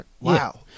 wow